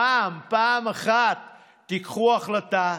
פעם אחת תיקחו החלטה.